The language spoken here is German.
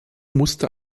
musste